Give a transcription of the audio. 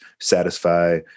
satisfy